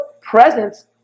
presence